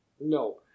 No